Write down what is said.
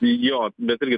jo bet irgi